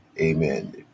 Amen